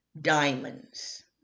diamonds